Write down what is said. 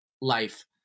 life